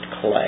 clay